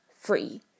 free